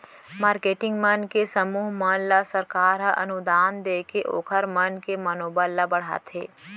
marketing मन के समूह मन ल सरकार ह अनुदान देके ओखर मन के मनोबल ल बड़हाथे